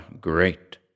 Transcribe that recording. great